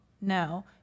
No